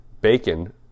Bacon